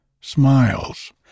smiles